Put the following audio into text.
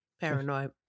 paranoid